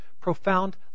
profound